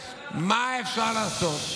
מה אפשר לעשות?